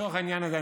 לצורך העניין הזה,